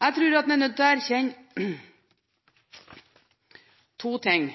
Jeg tror at en er nødt til å erkjenne to ting.